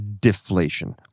deflation